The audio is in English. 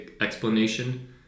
explanation